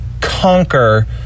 conquer